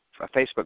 Facebook